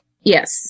Yes